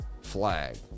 flag